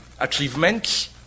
achievements